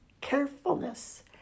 carefulness